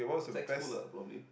sec school lah probably